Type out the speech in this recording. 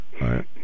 right